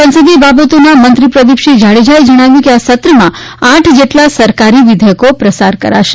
સંસદીય બાબતોના મંત્રી પ્રદીપસિંહ જાડેજાએ જણાવ્યું હતું કે આ સત્રમાં આઠ જેટલા સરકારી વિધેયકો પ્રસાર કરાશે